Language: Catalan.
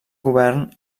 govern